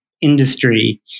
industry